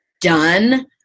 done